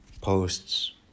posts